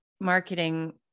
marketing